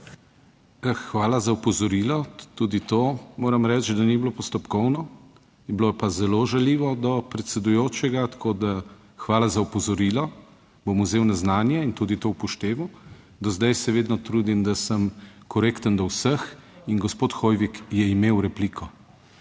Hvala za opozorilo. Tudi to moram reči, da ni bilo postopkovno in bilo je pa zelo žaljivo do predsedujočega, tako da hvala za opozorilo. Bom vzel na znanje in tudi to upošteval. Do zdaj se vedno trudim, da sem korekten do vseh in gospod Hoivik je imel repliko.